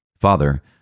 Father